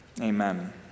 amen